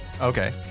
Okay